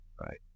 right